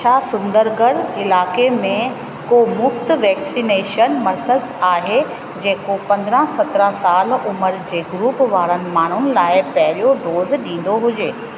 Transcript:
छा सुंदरगढ़ इलाइक़े में को मुफ़्त वैक्सीनेशन मर्कज़ आहे जेको पंद्रहं सत्रहं साल उमिरि जे ग्रूप वारनि माण्हुनि लाइ पहिरियों डोज़ ॾींदो हुजे